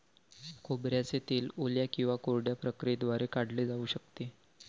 खोबऱ्याचे तेल ओल्या किंवा कोरड्या प्रक्रियेद्वारे काढले जाऊ शकते